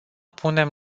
punem